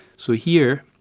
so here,